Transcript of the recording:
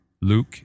luke